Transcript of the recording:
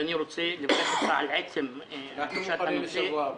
אני רוצה לברך אותך על עצם הגשת הנושא.